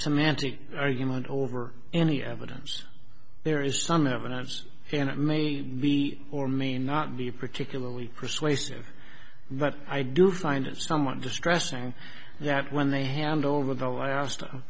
semantic argument over any evidence there is some evidence and it may be or may not be particularly persuasive but i do find it somewhat distressing that when they hand over the last